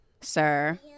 sir